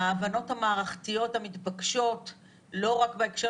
ההבנות המערכתיות המתבקשות לא רק בהקשר